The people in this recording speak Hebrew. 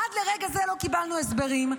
עד לרגע זה לא קיבלנו הסברים.